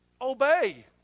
Obey